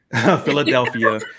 Philadelphia